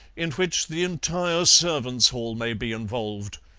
in which the entire servants' hall may be involved.